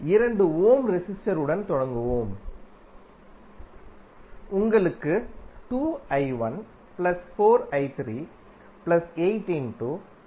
2 ohm resistor உடன் தொடங்குவோம் உங்களுக்கு கிடைக்கும்